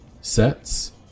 sets